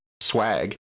swag